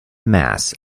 mass